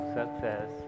success